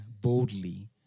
boldly